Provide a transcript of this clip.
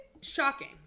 shocking